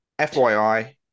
FYI